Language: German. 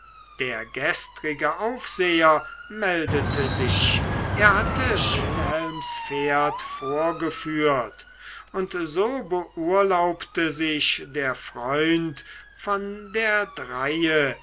der gestrige aufseher meldete sich er hatte wilhelms pferd vorgeführt und so beurlaubte sich der freund von der dreie